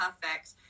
perfect